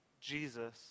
Jesus